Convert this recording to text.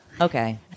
Okay